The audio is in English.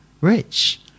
rich